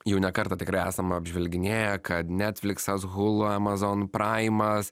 jau ne kartą tikrai esam apžvelginėję kad netfliksas hulu amazon praimas